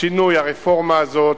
השינוי, הרפורמה הזו,